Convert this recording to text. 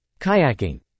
Kayaking